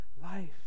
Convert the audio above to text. life